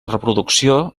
reproducció